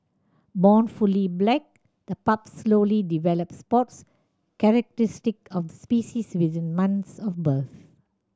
born fully black the pups slowly develop spots characteristic of the species within months of birth